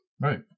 Right